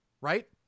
Right